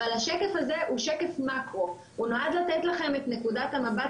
אבל השקף הזה הוא שקף מקרו ונועד לתת לכם את נקודת מבט